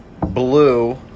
Blue